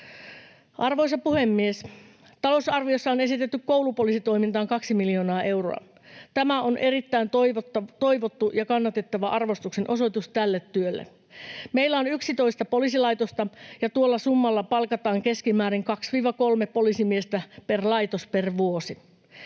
Arvoisa puhemies! Talousarviossa on esitetty koulupoliisitoimintaan kaksi miljoonaa euroa. Tämä on erittäin toivottu ja kannatettava arvostuksen osoitus tälle työlle. Meillä on 11 poliisilaitosta, ja tuolla summalla palkataan keskimäärin 2—3 poliisimiestä per laitos, per vuosi.